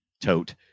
tote